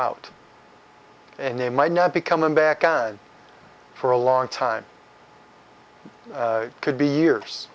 out and they might not be coming back on for a long time could be years